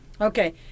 Okay